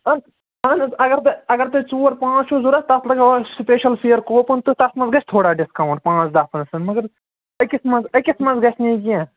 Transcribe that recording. اَہن حظ اگر بہٕ اگر تۄہہِ ژور پانٛژھ چھُو ضوٚرَتھ تَتھ لَگاوان سِپیشَل فِیَر کوپٕن تہٕ تَتھ منٛز گژھِ تھوڑا ڈِسکاوُنٛٹ پانٛژھ دَہ پٔرسَنٛٹ مگر أکِس منٛز أکِس منٛز گژھِ نہٕ یہِ کیٚنٛہہ